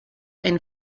and